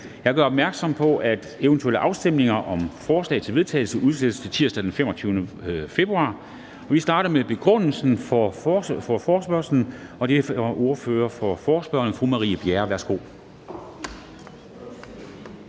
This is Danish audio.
Jeg gør opmærksom på, at eventuelle afstemninger om forslag til vedtagelse udsættes til tirsdag den 25. februar. Vi starter med begrundelsen for forespørgslen. Det er ordføreren for forespørgerne, fru Marie Bjerre. Værsgo.